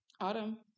Autumn